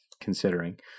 considering